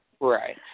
Right